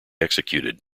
executed